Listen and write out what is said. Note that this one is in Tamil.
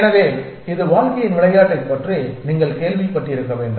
எனவே இது வாழ்க்கையின் விளையாட்டைப் பற்றி நீங்கள் கேள்விப்பட்டிருக்க வேண்டும்